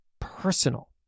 personal